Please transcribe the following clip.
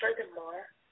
Furthermore